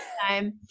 time